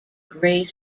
gray